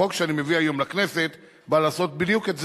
החוק שאני מביא היום לכנסת בא לעשות בדיוק את זה,